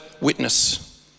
witness